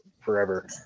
forever